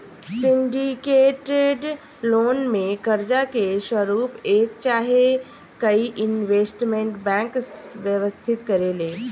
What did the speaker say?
syndicated loan में कर्जा के स्वरूप एक चाहे कई इन्वेस्टमेंट बैंक व्यवस्थित करेले